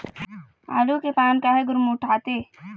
आलू के पान काहे गुरमुटाथे?